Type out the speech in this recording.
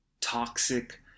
toxic